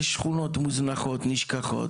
יש שכונות מוזנחות, נשכחות.